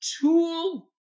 tool